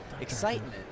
excitement